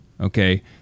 Okay